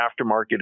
aftermarket